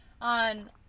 on